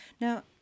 Now